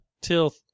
till